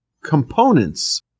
components